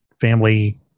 family